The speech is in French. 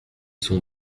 sont